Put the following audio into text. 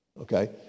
Okay